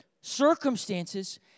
circumstances